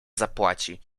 zapłaci